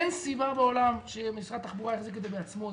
אין סיבה בעולם שמשרד התחבורה יחזיק את זה בעצמו.